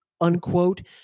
unquote